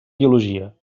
biologia